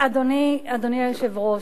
אדוני היושב-ראש,